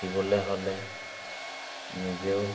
শিকিবলৈ হ'লে নিজেও